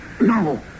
No